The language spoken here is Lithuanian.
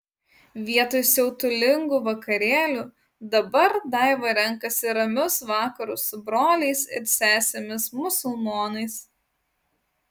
vietoj siautulingų vakarėlių dabar daiva renkasi ramius vakarus su broliais ir sesėmis musulmonais